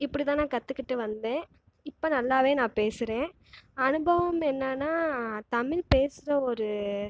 இப்படிதான் நான் கற்றுக்கிட்டு வந்தேன் இப்போ நல்லாவே நான் பேசுகிறேன் அனுபவம் என்னான்னா தமிழ் பேசுகிற ஒரு